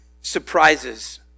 surprises